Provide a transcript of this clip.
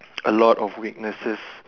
a lot of weaknesses